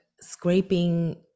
scraping